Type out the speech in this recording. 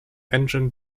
engine